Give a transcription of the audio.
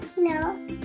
No